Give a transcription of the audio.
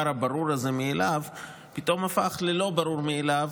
הברור מאליו הזה פתאום הפך ללא ברור מאליו,